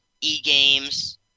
E-games